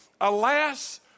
Alas